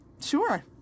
Sure